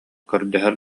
көрдөһөр